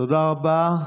אדוני היושב-ראש,